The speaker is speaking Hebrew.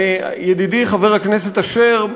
ידידי חבר הכנסת אשר,